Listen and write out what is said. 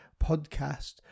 Podcast